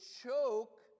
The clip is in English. choke